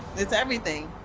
it's everything.